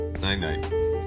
Night-night